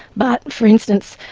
but, for instance,